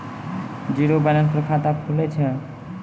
Zero balance पर खाता खुले छै?